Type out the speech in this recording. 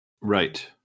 right